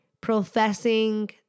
professing